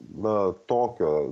na tokio